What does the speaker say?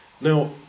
Now